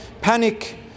panic